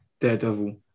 Daredevil